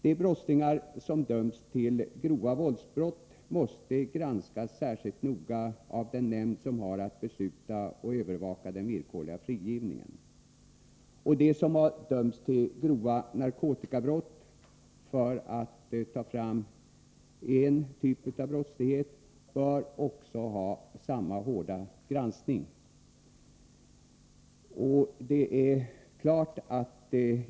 De brottslingar som har dömts för grova våldsbrott måste granskas särskilt noga av den nämnd som har att besluta om och övervaka den villkorliga frigivningen. Och de som har dömts för grova narkotikabrott, för att nämna en typ av brottslighet, bör också undergå samma hårda granskning.